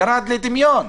ירד לטמיון.